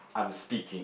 I'm speaking